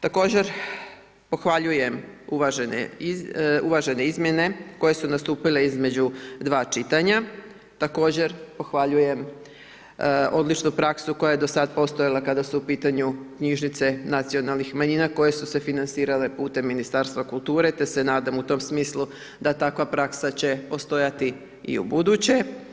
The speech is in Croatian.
Također pohvaljujem uvažene izmjene koje su nastupile između dva čitanja, također pohvaljujem odličnu praksu koja je do sada postojala kada su u pitanju knjižnice nacionalnih manjina, koje su se financirale putem Ministarstva kulture, te se nadam u tom smislu da takva praksa će postojati i u buduće.